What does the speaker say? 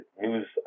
news